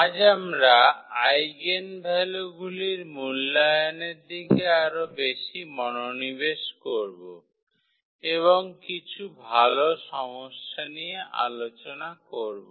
আজ আমরা আইগেনভ্যালুগুলির মূল্যায়নের দিকে আরও মনোনিবেশ করব এবং কিছু ভাল সমস্যা নিয়ে আলোচনা করব